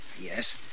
Yes